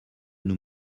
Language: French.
nous